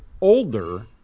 older